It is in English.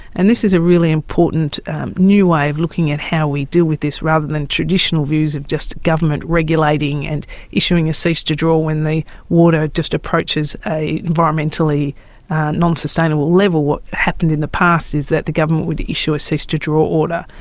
and this is a really important new way of looking at how we deal with this rather than traditional views of just government regulating and issuing a cease to draw. when the water just approaches and environmentally non-sustainable level, what happened in the past is that the government would issue a cease to draw order,